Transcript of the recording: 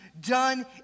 done